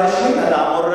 כמו שאמרה פירוז.) תרגום.